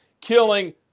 killing